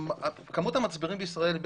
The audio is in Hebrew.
כמות המצברים בישראל היא